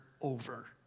over